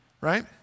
Right